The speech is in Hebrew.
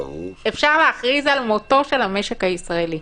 אפשר להכריז על מותו של המשק הישראלי.